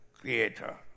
creator